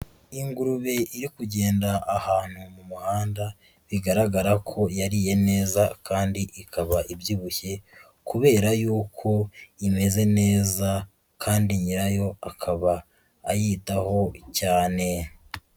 Ingurube iri kugenda ahantu mu muhanda; bigaragara ko yariye neza kandi ikaba ibyibushye kubera yuko imeze neza kandi nyirayo akaba ayitaho cyane.